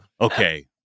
okay